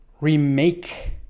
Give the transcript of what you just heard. remake